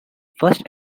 first